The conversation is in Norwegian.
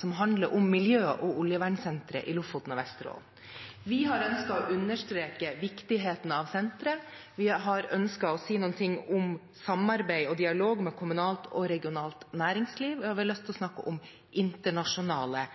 som handler om oljevern- og miljøsenteret i Lofoten og Vesterålen. Vi har ønsket å understreke viktigheten av senteret, vi har ønsket å si noe om samarbeid og dialog med kommunalt og regionalt næringsliv, og jeg har veldig lyst til å snakke